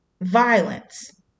violence